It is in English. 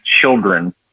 children